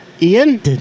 Ian